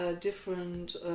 different